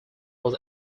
was